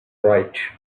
right